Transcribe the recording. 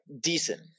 decent